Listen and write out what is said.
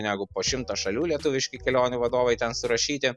negu po šimtą šalių lietuviški kelionių vadovai ten surašyti